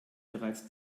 bereits